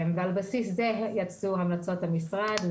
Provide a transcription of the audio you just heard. על בסיס זה יצאו המלצות המשרד.